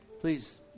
Please